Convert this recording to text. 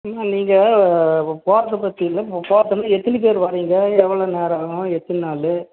நீங்கள் போகிறத பற்றி இல்லை போகிறதுன்னா எத்தினி பேர் வர்றீங்க எவ்வளோ நேரம் ஆகும் எத்தினி நாள்